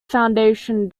foundation